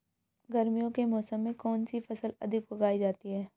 गर्मियों के मौसम में कौन सी फसल अधिक उगाई जाती है?